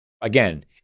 again